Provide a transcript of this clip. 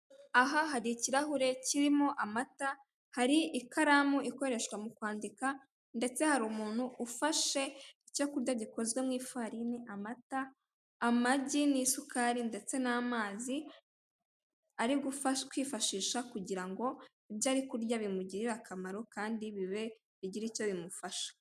Aha hari ikirahuri kirimo amata, hari ikaramu ikoreshwa mu kwandika, ndetse hari umuntu ufashe icyo kurya gikoze mu ifarini, amata, amagi n'isukari ndetse n'amazi, ari kwifashisha kugira ngo ibyo ari kurya bimugirire akamaro kandi bigire icyo bimufasha.